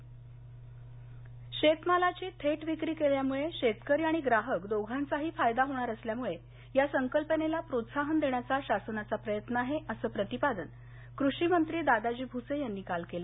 दादा भसे परभणी शेतमालाची थेट विक्री केल्यामुळे शेतकरी आणि ग्राहक दोघांचाही फायदा होणार असल्यामुळे या संकल्पनेला प्रोत्साहन देण्याचा शासनाचा प्रयत्न आहे अस प्रतिपादन कृषि मंत्री दादाजी भुसे यांनी काल केलं